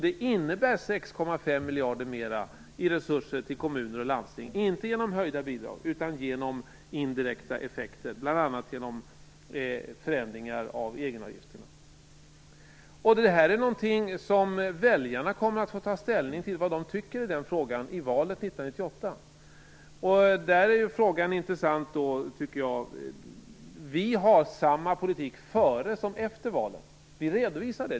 Det innebär 6,5 miljarder mer i resurser till kommuner och landsting, inte genom höjda bidrag utan genom indirekta effekter, bl.a. genom förändringar av egenavgifterna. Detta är någonting som väljarna kommer att få ta ställning till i valet 1998. Den frågan är intressant. Vi har samma politik före som efter valet. Vi redovisar det.